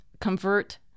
convert